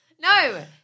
No